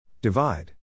Divide